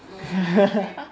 no never say